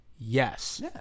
yes